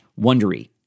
wondery